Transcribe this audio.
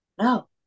no